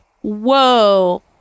Whoa